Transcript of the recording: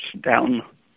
down